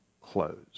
close